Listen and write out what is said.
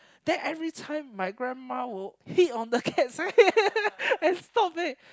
then every time my grandma will hit on the cat